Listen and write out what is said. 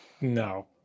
No